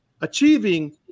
achieving